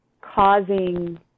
causing